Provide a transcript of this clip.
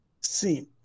seen